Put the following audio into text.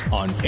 on